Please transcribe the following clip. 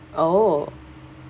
oh